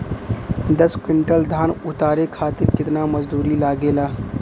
दस क्विंटल धान उतारे खातिर कितना मजदूरी लगे ला?